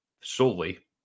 solely